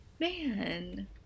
man